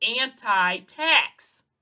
anti-tax